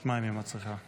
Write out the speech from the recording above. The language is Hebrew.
רגע על מה שעשה גדעון סער.